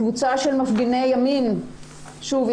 קבוצה של מפגיני ימין שוב,